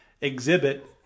exhibit